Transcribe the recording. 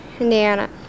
Indiana